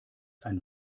ein